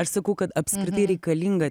aš sakau kad apskritai reikalinga